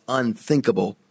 unthinkable